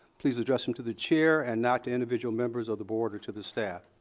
please address them to the chair, and not to individual members of the board or to the staff.